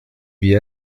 wir